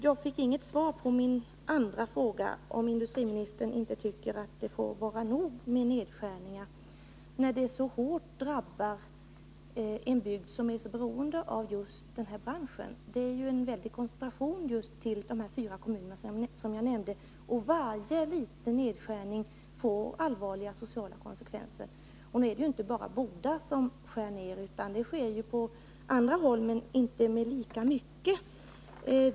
Jag fick inget svar på min andra fråga, om industriministern inte tycker att det får vara nog med nedskärningar nu när dessa så hårt drabbar en bygd som är beroende av just den här branschen. Det är en väldig koncentration av glasbruk till just de fyra kommuner som jag nämnde, och varje liten nedskärning får allvarliga sociala konsekvenser. Det är inte bara Boda som skär ned, utan det sker även på andra håll, ehuru inte i samma omfattning.